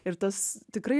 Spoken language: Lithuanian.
ir tas tikrai